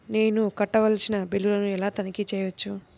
నేను కట్టవలసిన బిల్లులను ఎలా తనిఖీ చెయ్యవచ్చు?